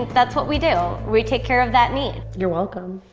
that's what we do, we take care of that need. you're welcome.